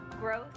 growth